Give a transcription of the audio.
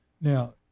Now